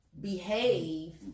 behave